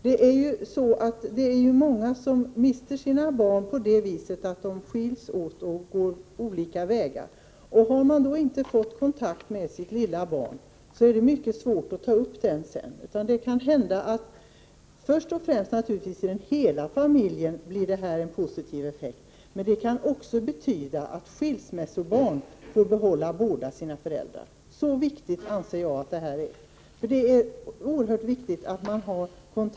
Det är ju många pappor som mister sina barn på det viset att makarna skiljs åt och går olika vägar. Har pappan inte fått kontakt med sitt lilla barn är det då mycket svårt att ta upp den sedan. Det här blir naturligtvis först och främst en positiv sak för hela familjen, men det kan också betyda att skilsmässobarn får behålla båda sina föräldrar. Så viktigt anser jag att det här är.